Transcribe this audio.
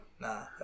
Nah